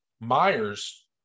Myers